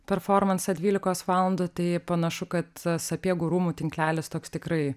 performansą dvylikos valandų tai panašu kad sapiegų rūmų tinklelis toks tikrai